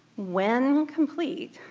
when complete,